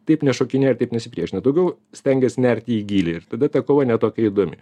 taip nešokinėja ir taip nesipriešina daugiau stengiasi nerti į gylį ir tada ta kova ne tokia įdomi